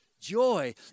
joy